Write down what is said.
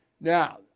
Now